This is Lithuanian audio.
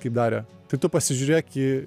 kaip darė tai tu pasižiūrėk į